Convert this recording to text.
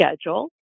schedule